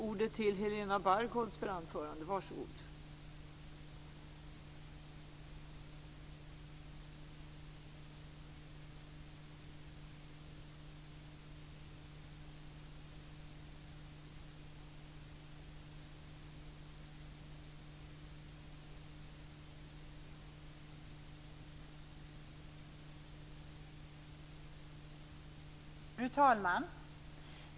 Fru talman!